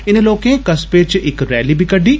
इनें लोकें कस्बे च इक रैली बी कड्डी